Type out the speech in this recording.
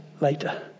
later